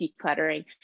decluttering